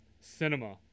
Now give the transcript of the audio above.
cinema